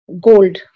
gold